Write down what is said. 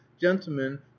gentlemen